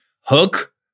Hook